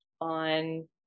on